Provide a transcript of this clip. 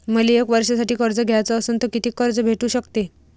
मले एक वर्षासाठी कर्ज घ्याचं असनं त कितीक कर्ज भेटू शकते?